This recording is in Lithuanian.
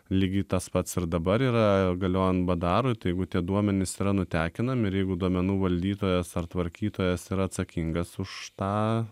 lygiai tas pats ir dabar yra galiojant badarui tai jeigu tie duomenys yra nutekinami ir jeigu duomenų valdytojas ar tvarkytojas yra atsakingas už tą